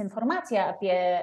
informaciją apie